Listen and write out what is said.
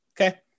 okay